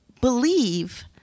believe